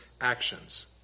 actions